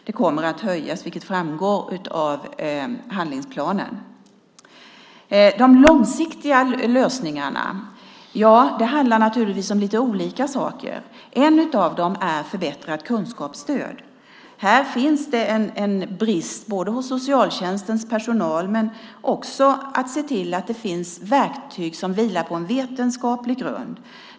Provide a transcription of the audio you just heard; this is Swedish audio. Det kommer att höjas, vilket framgår av handlingsplanen. De långsiktiga lösningarna handlar naturligtvis om lite olika saker. En av dem är förbättrat kunskapsstöd. Här finns det en brist hos socialtjänstens personal, men också när det gäller att se till att det finns verktyg som vilar på en vetenskaplig grund.